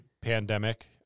Pandemic